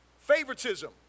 favoritism